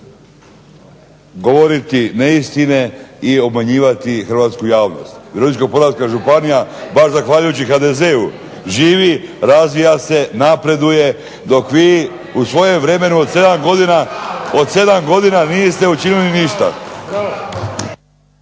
govoriti neistine i obmanjivati Hrvatsku javnost. Virovitičko-Podravska županija bar zahvaljujući HDZ-u živi, razvija se, napreduje, dok vi u svojem vremenu od 7 godina niste učinili ništa.